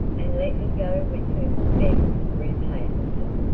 and let me go with her, begged ruth hazelton.